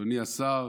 אדוני השר,